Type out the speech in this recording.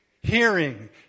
Hearing